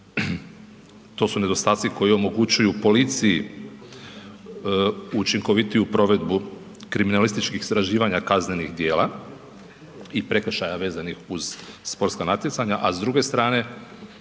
to su nedostaci koji omogućuju policiji učinkovitiju provedbu kriminalističkih istraživanja kaznenih djela i prekršaja vezanih uz sportska natjecanja, a s druge strane